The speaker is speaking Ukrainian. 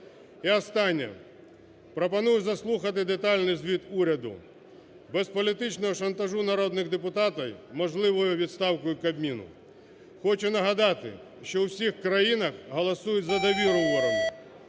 І останнє, пропоную заслухати детальний звіт уряду без політичного шантажу народних депутатів можливою відставкою Кабміну. Хочу нагадати, що у всіх країнах голосують за довіру уряду.